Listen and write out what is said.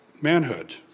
manhood